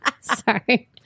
Sorry